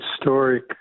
historic